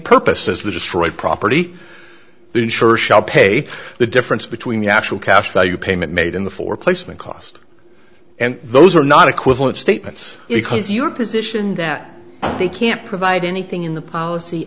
purpose as the destroyed property the insurer shall pay the difference between the actual cash value payment made in the for placement cost and those are not equivalent statements because your position that they can't provide anything in the policy